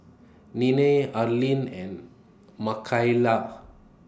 Nena Arlin and Makaila